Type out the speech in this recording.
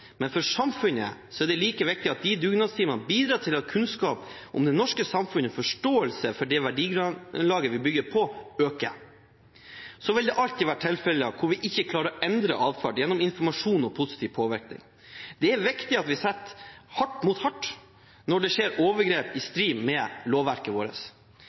men for samfunnet er det like viktig at de dugnadstimene bidrar til at kunnskap om det norske samfunnet og forståelse for det verdigrunnlaget vi bygger det på, øker. Det vil alltid være tilfeller der vi ikke klarer å endre atferd gjennom informasjon og positiv påvirkning. Det er viktig at vi setter hardt mot hardt når det skjer overgrep i strid med lovverket vårt.